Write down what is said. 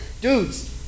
Dudes